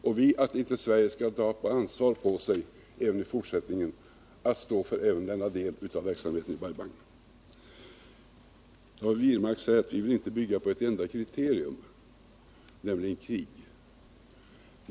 Sverige bör i fortsättningen inte ta på sig ansvaret även för denna del av verksamheten i Bai Bang. David Wirmark säger att man inte vill bygga på ett enda kriterium, nämligen krig.